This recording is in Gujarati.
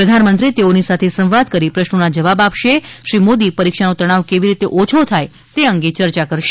પ્રધાનમંત્રી તેઓની સાથે સંવાદ કરી પ્રશ્નોના જવાબ આપશે શ્રી મોદી પરીક્ષાનો તણાવ કેવી રીતે ઓછો થાય તે અંગે યર્યા કરશે